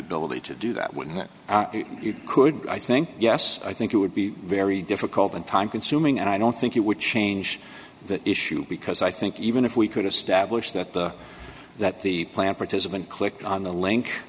ability to do that when you could i think yes i think it would be very difficult and time consuming and i don't think it would change that issue because i think even if we could establish that the that the plant participant clicked on the link